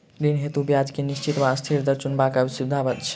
ऋण हेतु ब्याज केँ निश्चित वा अस्थिर दर चुनबाक सुविधा अछि